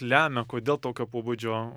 lemia kodėl tokio pobūdžio